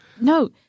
no